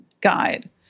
guide